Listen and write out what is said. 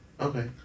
Okay